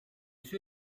sue